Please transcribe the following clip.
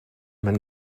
man